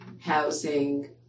housing